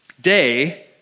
day